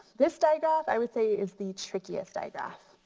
this diagraph i would say is the trickiest diagraph.